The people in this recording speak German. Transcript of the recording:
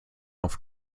auf